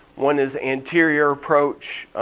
one is anterior approach.